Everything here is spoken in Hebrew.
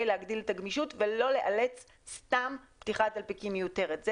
להגדיל את הגמישות ולהימנע מפתיחת דלפקים מיותרת.